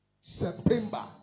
September